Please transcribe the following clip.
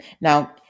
now